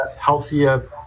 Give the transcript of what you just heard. healthier